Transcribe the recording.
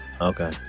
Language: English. Okay